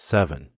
Seven